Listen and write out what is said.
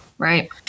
Right